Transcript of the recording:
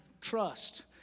trust